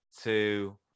two